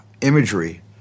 imagery